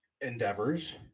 endeavors